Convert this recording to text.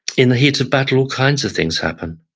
in the heat of battle all kinds of things happen.